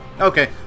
Okay